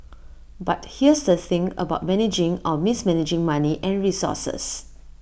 but here's the thing about managing or mismanaging money and resources